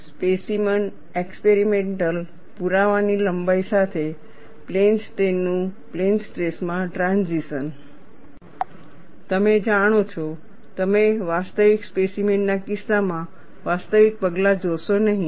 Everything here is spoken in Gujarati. સ્પેસીમેન એક્સપેરિમેન્ટલ પુરાવા ની લંબાઈ સાથે પ્લેન સ્ટ્રેઈન નું પ્લેન સ્ટ્રેસ માં ટ્રાન્ઝીશન તમે જાણો છો તમે વાસ્તવિક સ્પેસીમેન ના કિસ્સામાં વાસ્તવિક પગલાં જોશો નહીં